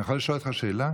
אני יכול לשאול אותך שאלה?